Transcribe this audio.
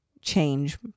change